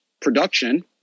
production